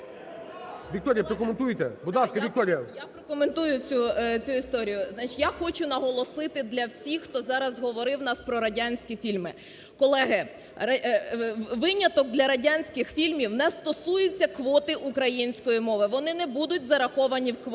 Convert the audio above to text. Вікторія, прокоментуйте. Будь ласка, Вікторія. 11:43:33 СЮМАР В.П. Я прокоментую цю історію. Значить, я хочу наголосити для всіх, хто зараз говорив в нас про радянські фільми. Колеги, виняток для радянських фільмів не стосується квоти української мови, вони не будуть зараховані в квоту.